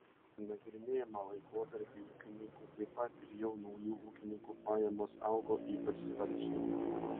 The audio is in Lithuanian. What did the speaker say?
nagrinėjamą laikotarpį ūkininkų taip pat ir jaunųjų ūkininkų pajamos augo ypač sparčiai